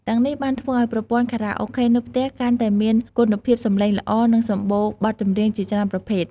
ទាំងនេះបានធ្វើឲ្យប្រព័ន្ធខារ៉ាអូខេនៅផ្ទះកាន់តែមានគុណភាពសំឡេងល្អ និងសម្បូរបទចម្រៀងជាច្រើនប្រភេទ។